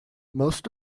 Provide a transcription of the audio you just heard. most